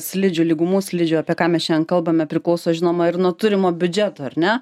slidžių lygumų slidžių apie ką mes šian kalbame priklauso žinoma ir nuo turimo biudžeto ar ne